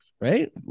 right